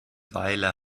weile